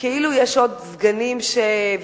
כאילו יש עוד סגנים ושרים,